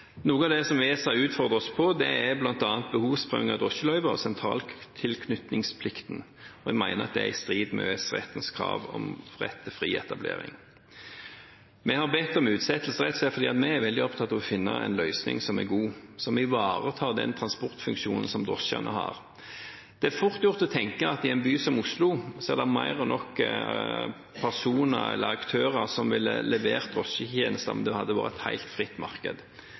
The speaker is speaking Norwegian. oss på, er bl.a. behovsprøving av drosjeløyver og sentraltilknytningsplikten, og en mener det er i strid med EØS-rettens krav om rett til fri etablering. Vi har bedt om utsettelse rett og slett fordi vi er veldig opptatt av å finne en løsning som er god, og som ivaretar den transportfunksjonen drosjene har. Det er fort gjort å tenke at i en by som Oslo er det mer enn nok personer eller aktører som ville levert drosjetjenester om det hadde vært et helt fritt marked.